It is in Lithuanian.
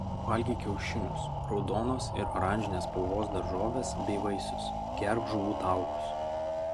valgyk kiaušinius raudonos ir oranžinės spalvos daržoves bei vaisius gerk žuvų taukus